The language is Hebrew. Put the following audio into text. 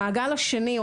המעגל השני,